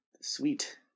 sweet